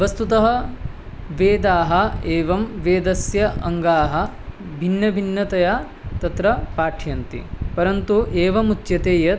वस्तुतः वेदाः एवं वेदस्य अङ्गानि भिन्नभिन्नतया तत्र पाठ्यन्ते परन्तु एवमुच्यते यत्